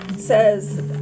says